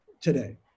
today